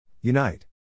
Unite